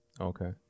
Okay